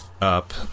up